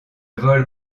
vol